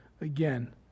again